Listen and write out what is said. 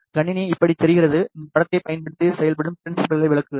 கணினி இப்படி தெரிகிறது இந்த படத்தைப் பயன்படுத்தி செயல்படும் ப்ரின்சிபிளை விளக்குகிறேன்